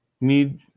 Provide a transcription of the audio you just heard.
need